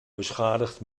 beschadigd